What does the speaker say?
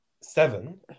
seven